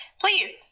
Please